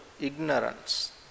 ignorance